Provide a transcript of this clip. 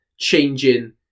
changing